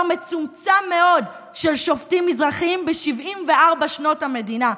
מצומצם מאוד של שופטים מזרחים ב-74 שנות המדינה,